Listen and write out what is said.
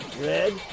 Red